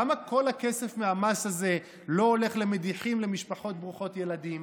למה כל הכסף מהמס הזה לא הולך למדיחים בשביל משפחות ברוכות ילדים?